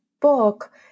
book